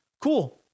cool